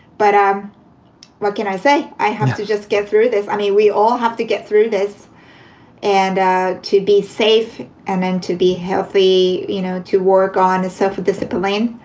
but um what can i say? i have to just get through this. i mean, we all have to get through this and ah to be safe and and to be healthy, you know, to work on the self-discipline.